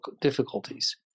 difficulties